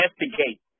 investigate